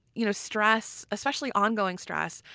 you know stress, especially ongoing stress,